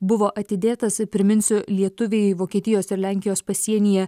buvo atidėtas priminsiu lietuviai vokietijos ir lenkijos pasienyje